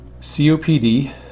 COPD